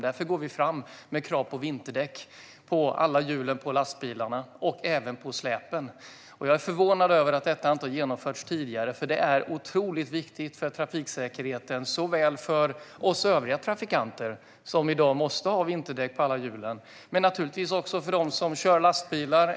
Därför går vi fram med lagkrav på vinterdäck på alla hjul på lastbilar och lastbilars släp. Jag är förvånad över att detta inte har införts tidigare, för det är viktigt för trafiksäkerheten för alla trafikanter, såväl lastbilschaufförer som andra.